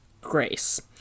grace